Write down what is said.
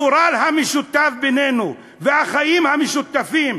הגורל המשותף בינינו והחיים המשותפים,